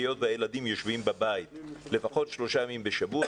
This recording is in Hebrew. היות והילדים יושבים בבית לפחות שלושה ימים בשבוע,